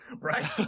right